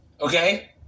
Okay